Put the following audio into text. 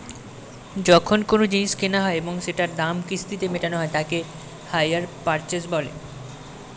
যখন কোনো জিনিস কেনা হয় এবং সেটার দাম কিস্তিতে মেটানো হয় তাকে হাইয়ার পারচেস বলে